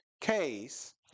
case